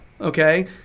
okay